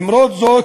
למרות זאת,